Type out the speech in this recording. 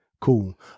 cool